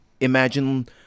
imagine